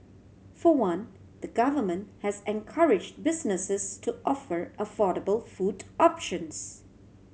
for one the Government has encourage businesses to offer affordable food options